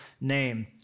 name